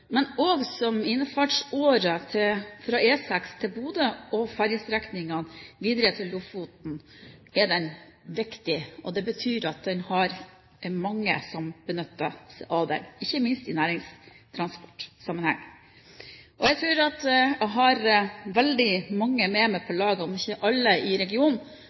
men også som innfartsåre fra E6 til Bodø og ferjestrekningene videre til Lofoten er den viktig. Det betyr at en har mange som benytter seg av den, ikke minst i næringstransportsammenheng. Jeg tror jeg har veldig mange med meg på laget, om ikke alle i regionen,